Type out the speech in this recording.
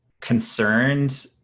concerned